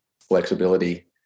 flexibility